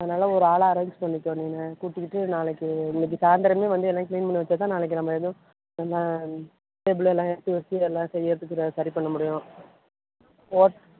அதனால் ஒரு ஆளை அரேஞ்ச் பண்ணிக்கோ நீனு கூட்டிக்கிட்டு நாளைக்கு இன்றைக்கி சாய்ந்தரம் வந்து எல்லா க்ளீன் பண்ணி வச்சா தான் நாளைக்கு நம்ம எதுவும் நம்ம டேபிள் எல்லாம் எடுத்து வச்சி எல்லா செய்கிறதுக்கு ரா சரி பண்ண முடியும் ஓக்